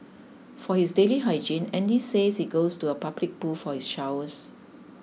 for his daily hygiene Andy says he goes to a public pool for his showers